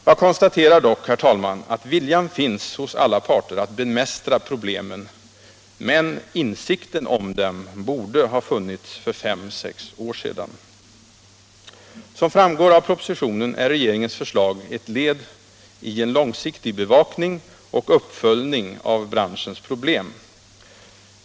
Jag konstaterar dock att viljan att bemästra problemen finns hos alla parter, men insikten om problemen borde ha funnits för fem, sex år sedan. Som framgår av propositionen är regeringens förslag ett led i en långsiktig bevakning och uppföljning av branschens problem.